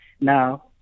Now